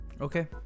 Okay